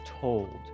told